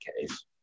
case